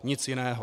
Nic jiného.